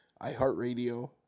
iHeartRadio